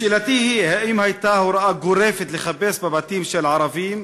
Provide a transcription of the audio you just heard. שאלתי היא: האם הייתה הוראה גורפת לחפש בבתים של ערבים?